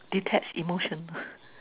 detach emotional